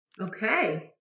Okay